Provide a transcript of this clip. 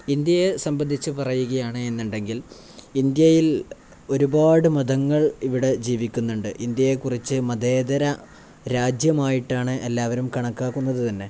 ഇന്ത്യയെ സംബന്ധിച്ചു പറയുകയാണ് എന്നുണ്ടെങ്കിൽ ഇന്ത്യയിൽ ഒരുപാടു മതങ്ങൾ ഇവിടെ ജീവിക്കുന്നുണ്ട് ഇന്ത്യയെക്കുറിച്ചു മതേതര രാജ്യമായിട്ടാണ് എല്ലാവരും കണക്കാക്കുന്നതു തന്നെ